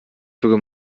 für